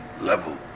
level